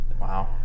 Wow